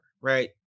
right